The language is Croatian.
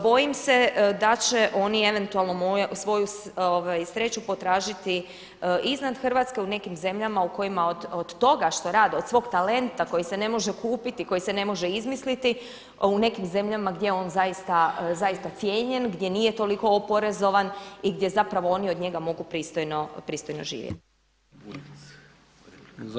Bojim se da će oni eventualno svoju sreću potražiti izvan Hrvatske u nekim zemljama u kojima od toga što rade, od svog talenta koji se ne može kupiti, koji se ne može izmisliti u nekim zemljama gdje je on zaista cijenjen, gdje nije toliko oporezovan i gdje zapravo oni od njega mogu pristojno živjeti.